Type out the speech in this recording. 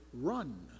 run